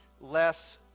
less